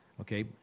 Okay